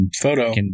Photo